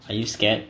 are you scared